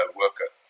worker